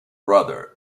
brother